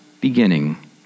beginning